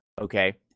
okay